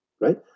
right